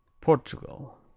Portugal